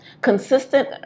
consistent